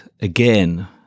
again